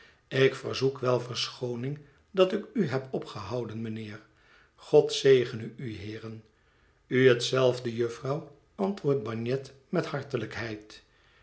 ik verzoek wel verschooning dat ik u heb opgehouden mijnheer god zegene u heeren u hetzelfde jufvrouw antwoordt bagnet met